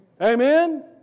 Amen